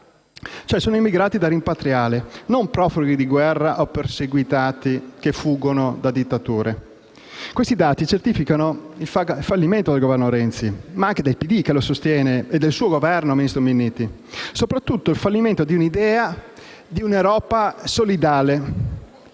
cioè immigrati da rimpatriare e non profughi di guerra o perseguitati che fuggono da dittature. Questi dati certificano il fallimento del Governo Renzi, del PD che l'ha sostenuto e del suo Governo, ministro Minniti, soprattutto, il fallimento di un'idea di un'Europa solidale,